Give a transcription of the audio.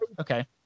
Okay